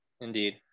Indeed